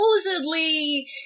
supposedly